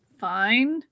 fine